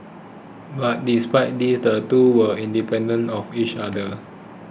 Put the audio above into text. but despite this the two were independent of each other